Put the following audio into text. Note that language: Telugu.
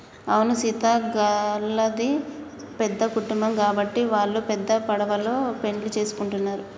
అవును సీత గళ్ళది పెద్ద కుటుంబం గాబట్టి వాల్లు పెద్ద పడవలో పెండ్లి సేసుకుంటున్నరు